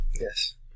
Yes